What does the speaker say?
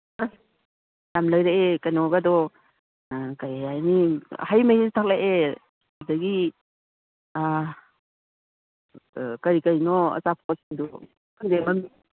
ꯑꯁ ꯌꯥꯝ ꯂꯩꯔꯛꯑꯦ ꯀꯩꯅꯣꯒꯗꯣ ꯀꯩ ꯍꯥꯏꯅꯤ ꯍꯩ ꯃꯍꯤꯁꯨ ꯊꯛꯂꯛꯑꯦ ꯑꯗꯒꯤ ꯀꯩꯀꯩꯅꯣ ꯑꯆꯥꯄꯣꯠ ꯈꯪꯗꯦ ꯃꯃꯤꯡ